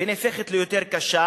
ונהפכת ליותר קשה,